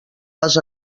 les